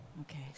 Okay